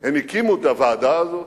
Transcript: הם הקימו את הוועדה הזאת,